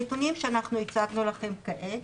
הנתונים שהצגנו לכם כעת